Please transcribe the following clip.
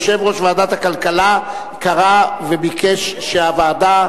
יושב-ראש ועדת הכלכלה קרא וביקש שהוועדה